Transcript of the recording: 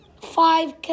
five